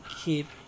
keep